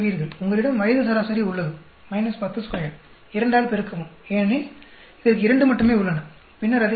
உங்களிடம் வயது சராசரி உள்ளது 102 2 ஆல் பெருக்கவும் ஏனெனில் இதற்கு 2 மட்டுமே உள்ளன பின்னர் அதைக் கூட்டுங்கள்